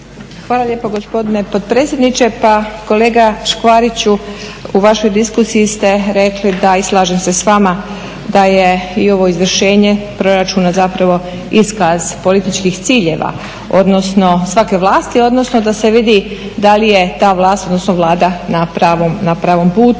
Hvala lijepa gospodine potpredsjedniče. Pa kolega Škvariću, u vašoj diskusiji ste rekli i slažem se s vama da je i ovo izvršenje proračuna zapravo iskaz političkih ciljeva odnosno svake vlasti, odnosno da se vidi da li je ta vlast odnosno Vlada na pravom putu.